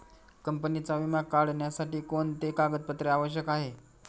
कंपनीचा विमा काढण्यासाठी कोणते कागदपत्रे आवश्यक आहे?